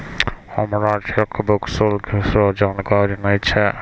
हमरा चेकबुक शुल्क रो जानकारी नै छै